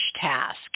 task